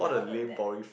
I wasn't that bad